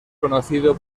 conocido